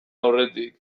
aurretik